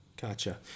Gotcha